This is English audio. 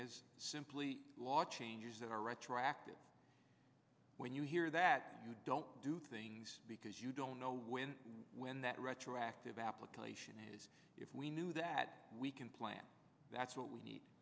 is simply law changes that are retroactive when you hear that you don't do things because you don't know when when that retroactive application is if we knew that we can plan that's what we need